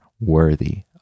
worthy